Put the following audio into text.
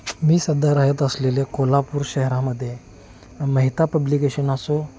मी सध्या राहत असलेले कोल्हापूर शहरामध्ये मेहता पब्लिकेशन असो